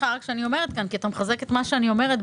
אתה מחזק את מה שאני אומרת,